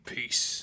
Peace